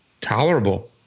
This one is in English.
tolerable